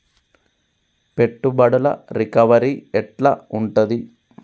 పెట్టుబడుల రికవరీ ఎట్ల ఉంటది?